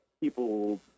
people